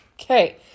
Okay